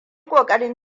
ƙoƙarin